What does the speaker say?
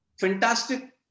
fantastic